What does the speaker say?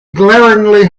glaringly